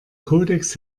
kodex